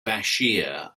bashir